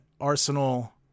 Arsenal